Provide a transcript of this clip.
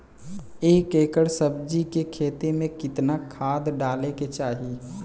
एक एकड़ सब्जी के खेती में कितना खाद डाले के चाही?